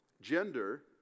gender